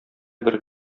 бер